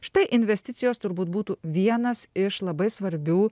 štai investicijos turbūt būtų vienas iš labai svarbių